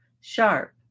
sharp